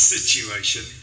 Situation